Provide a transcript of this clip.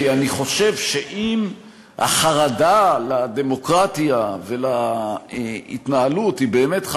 כי אני חושב שאם החרדה לדמוקרטיה ולהתנהלות היא באמת,